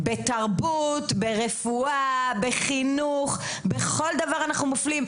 בתרבות, ברפואה, בחינוך, בכל דבר אנחנו מופלים.